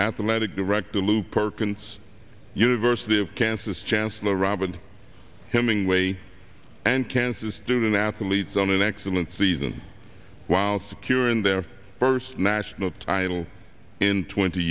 athletic director lou perkins university of kansas chancellor robin hemingway and kansas student athletes on an excellent season while securing their first national title in twenty